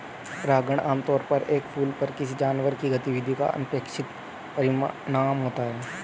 परागण आमतौर पर एक फूल पर किसी जानवर की गतिविधि का अनपेक्षित परिणाम होता है